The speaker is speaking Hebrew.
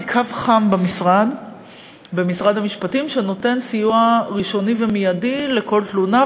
קו חם במשרד המשפטים שנותן סיוע ראשוני ומיידי בכל תלונה,